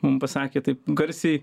mum pasakė taip garsiai